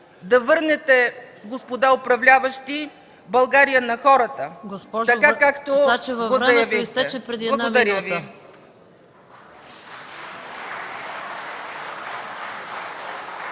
да върнете, господа управляващи, България на хората, така както го заявихте. Благодаря Ви.